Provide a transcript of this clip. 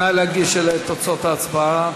נא להגיש אלי את תוצאות ההצבעה.